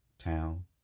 town